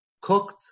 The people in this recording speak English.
cooked